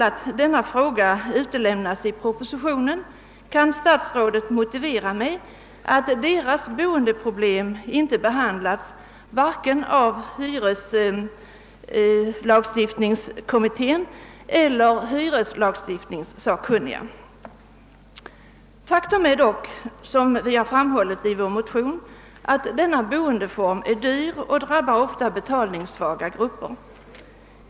Att denna fråga utelämnats i propositionen kan av statsrådet motiveras med att boendeproblemen för denna kategori inte behandlats av vare sig hyreslagstiftningskommittén eller hyreslagstiftningssakkunniga. Faktum är dock, såsom vi har framhållit i vår motion, att denna boendeform är dyr och ofta drabbar betalningssvaga grupper.